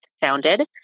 founded